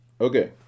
Okay